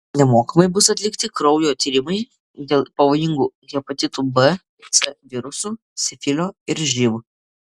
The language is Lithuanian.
nemokamai bus atlikti kraujo tyrimai dėl pavojingų hepatitų b c virusų sifilio ir živ